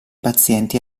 pazienti